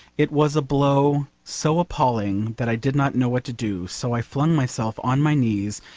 it was a blow so appalling that i did not know what to do, so i flung myself on my knees,